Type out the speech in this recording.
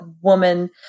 woman